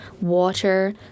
water